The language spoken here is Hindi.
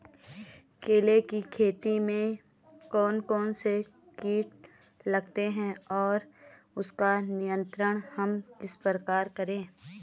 केले की खेती में कौन कौन से कीट लगते हैं और उसका नियंत्रण हम किस प्रकार करें?